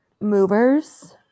movers